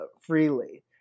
freely